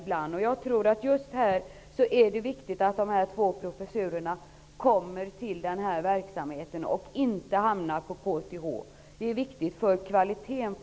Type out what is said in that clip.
Det är viktigt för kvaliteten på denna forskning att de två professurerna inrättas vid den här verksamheten och inte hamnar på